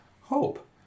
hope